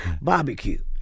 barbecue